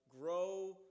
grow